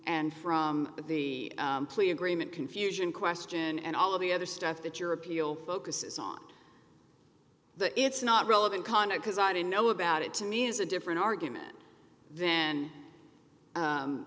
and from the plea agreement confusion question and all of the other stuff that your appeal focuses on the it's not relevant content because i don't know about it to me is a different argument then